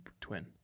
twin